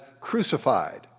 crucified